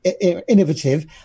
innovative